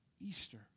Easter